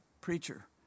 preacher